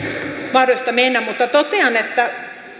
mahdollista mennä totean että